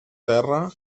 terra